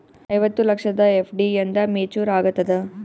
ಐವತ್ತು ಲಕ್ಷದ ಎಫ್.ಡಿ ಎಂದ ಮೇಚುರ್ ಆಗತದ?